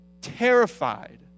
terrified